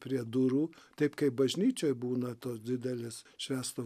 prie durų taip kaip bažnyčioj būna tos didelės švęsto